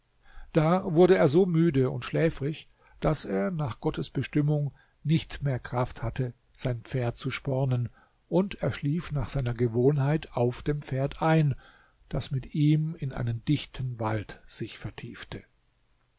da wurde er so müde und schläfrig daß er nach gottes bestimmung nicht mehr kraft hatte sein pferd zu spornen und er schlief nach seiner gewohnheit auf dem pferd ein das mit ihm in einen dichten wald sich vertiefte